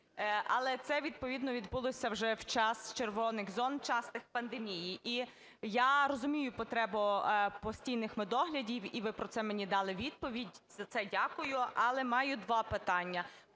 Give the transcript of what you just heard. Але це відповідно відбулося вже в час "червоних" зон, в час пандемії. І я розумію потребу постійних медоглядів, і ви про це мені дали відповідь, за це дякую. Але маю два питання.